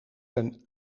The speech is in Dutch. een